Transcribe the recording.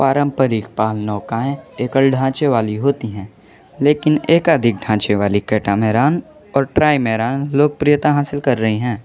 पारम्परिक पाल नौकाएँ एकल ढाँचे वाली होती हैं लेकिन एकाधिक ढाँचे वाली कैटामैरान और ट्राइमैरान लोकप्रियता हासिल कर रही हैं